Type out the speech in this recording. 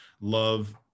love